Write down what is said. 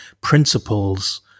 principles